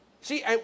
See